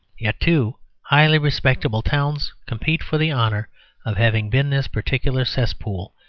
yet, two highly respectable towns compete for the honour of having been this particular cesspool,